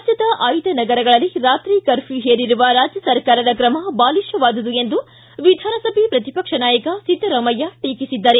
ರಾಜ್ಯದ ಆಯ್ನ ನಗರಗಳಲ್ಲಿ ರಾತ್ರಿ ಕರ್ಫ್ಯೂ ಹೇರಿರುವ ರಾಜ್ಯ ಸರ್ಕಾರದ ಕ್ರಮ ಬಾಲಿಷವಾದುದು ಎಂದು ವಿಧಾನಸಭೆ ಪ್ರತಿಪಕ್ಷ ನಾಯಕ ಸಿದ್ದರಾಮಯ್ಕ ಟೀಕಿಸಿದ್ದಾರೆ